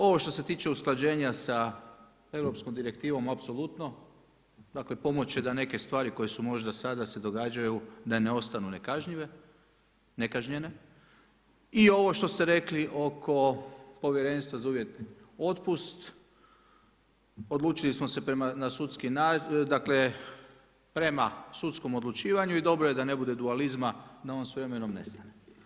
Ovo što se tiče usklađenja sa europskom direktivom, apsolutno, dakle pomoć će da neke stvari koje su možda se sada događaju da ne ostanu nekažnjene i ovo što ste rekli oko povjerenstva za uvjetni otpust, odlučili smo se prema sudskom odlučivanju i dobro je da ne bude dualizma da on s vremenom nestane.